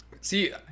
See